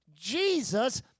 Jesus